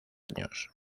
años